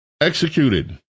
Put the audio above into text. executed